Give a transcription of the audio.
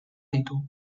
ditu